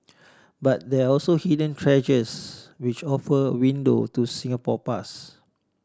but there are also hidden treasures which offer a window to Singapore past